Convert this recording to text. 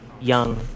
Young